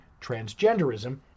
transgenderism